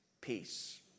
peace